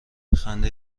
خنده